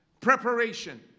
preparation